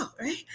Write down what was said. Right